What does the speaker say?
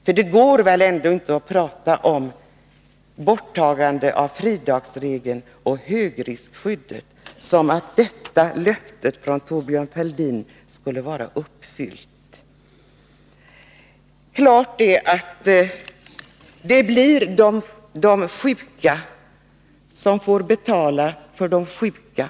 För det är väl ändå inte genom att tala om borttagande av fridagsregeln och högriskskyddet som ni skall kunna säga att Thorbjörn Fälldins löfte är uppfyllt. Klart står att det blir de sjuka som får betala för de sjuka.